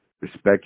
respect